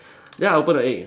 then I open the egg